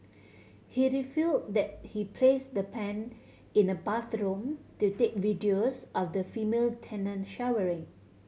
he refill that he place the pen in the bathroom to take videos of the female tenant showering